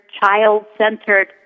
child-centered